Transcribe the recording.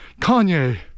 Kanye